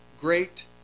great